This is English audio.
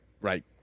right